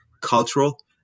cultural